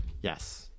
Yes